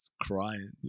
crying